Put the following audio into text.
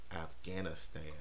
Afghanistan